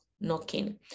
knocking